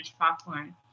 popcorn